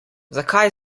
zakaj